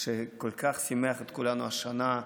שכל כך שימח את כולנו השנה.